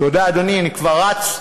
תודה, אדוני, אני כבר רץ.